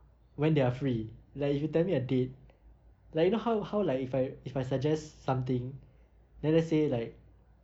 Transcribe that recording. when there are free like if you tell me a date like you know how how like if I if I suggest something then let's say like